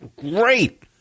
great